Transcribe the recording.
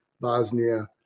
Bosnia